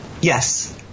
Yes